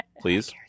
please